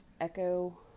echo